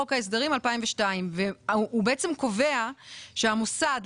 מחוק ההסדרים 2002. הוא בעצם קובע: "המוסד,